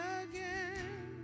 again